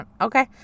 okay